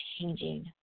Changing